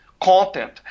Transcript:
content